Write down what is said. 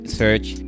search